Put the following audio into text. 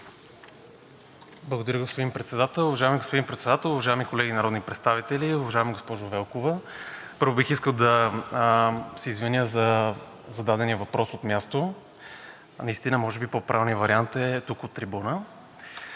Уважаеми господин Председател, уважаеми колеги народни представители, уважаема госпожо Велкова! Първо, бих искал да се извиня за зададения въпрос от място. Наистина може би по правилният вариант е тук от трибуната.